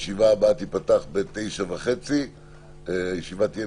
הישיבה ננעלה בשעה 09:28.